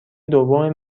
دوم